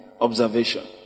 observation